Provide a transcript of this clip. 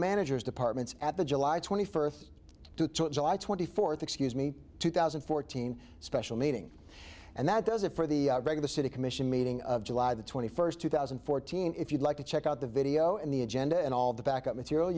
managers departments at the july twenty fourth to twenty fourth excuse me two thousand and fourteen special meeting and that does it for the rest of the city commission meeting of july the twenty first two thousand and fourteen if you'd like to check out the video and the agenda and all the back up material